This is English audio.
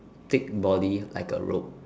thick body like a rope